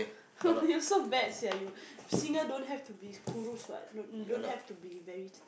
you so bad sia you singers don't have to be what don't don't have to be very